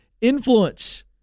Influence